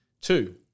Two